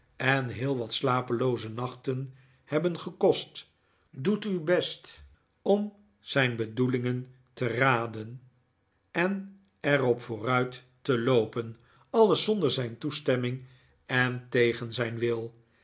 en heel wat slapelooze nachten hebben gekost doet uw best om zijn bedoelingen te raden en er op vooruit te loopen alles zonder zijn toestemming en tegen zijn wil